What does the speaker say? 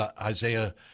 Isaiah